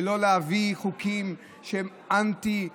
ולא להביא חוקים שהם אנטי התורה,